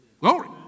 Glory